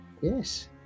Yes